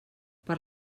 per